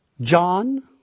John